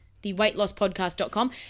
theweightlosspodcast.com